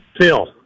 Phil